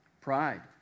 pride